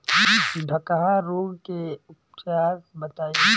डकहा रोग के उपचार बताई?